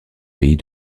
pays